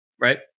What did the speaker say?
Right